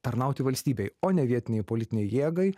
tarnauti valstybei o ne vietinei politinei jėgai